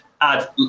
add